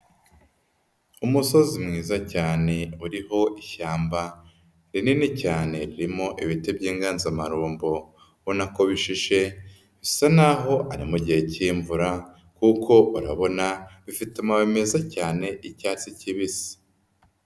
Umusozi mwiza cyane uriho ishyamba rinini cyane ririmo ibiti by'inganzamarumbo ubona ko bishishe bisa naho ari mu gihe k'imvura kuko murabona bifite amababi meza cyane y'icyatsi kibisi.